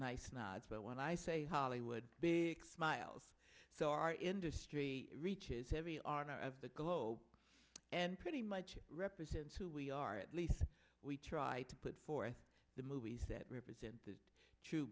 nice nods but when i say hollywood big smiles so our industry reaches heavy on of the globe and pretty much represents who we are at least we try to put forth the movies that represent the true